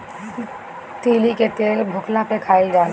तीली के तेल भुखला में खाइल जाला